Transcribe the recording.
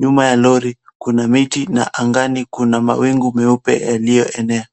Nyuma ya lori kuna miti na angani kuna mawingu meupe yaliyoenea.